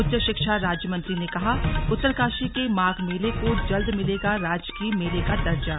उच्च शिक्षा राज्य मंत्री ने कहा उत्तरकाशी के माघ मेले को जल्द मिलेगा राजकीय मेले का दर्जा